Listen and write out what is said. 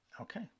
Okay